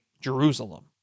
Jerusalem